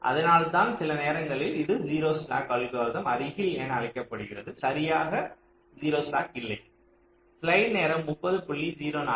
அதனால்தான் சில நேரங்களில் இது 0 ஸ்லாக் அல்கோரிதம் அருகில் என அழைக்கப்படுகிறதுசரியாக 0 ஸ்லாக் இல்லை